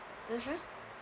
mmhmm